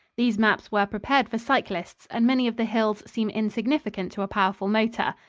these maps were prepared for cyclists, and many of the hills seem insignificant to a powerful motor.